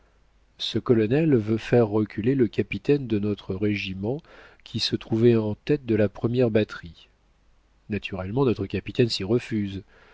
ce colonel veut faire reculer le capitaine de notre régiment qui se trouvait en tête de la première batterie naturellement notre capitaine s'y refuse